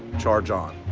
charge on.